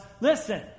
listen